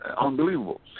unbelievable